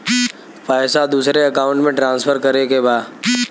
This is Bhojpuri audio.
पैसा दूसरे अकाउंट में ट्रांसफर करें के बा?